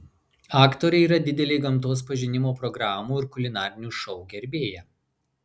aktorė yra didelė gamtos pažinimo programų ir kulinarinių šou gerbėja